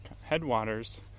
headwaters